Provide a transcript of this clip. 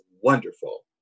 wonderful